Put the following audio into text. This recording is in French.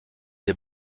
des